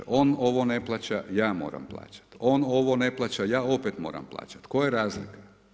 Kaže, on ovo ne plaća, ja moram plaćati, on ovo ne plaća, ja opet moram plaćati, koja je razlika.